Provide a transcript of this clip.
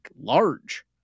large